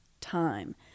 time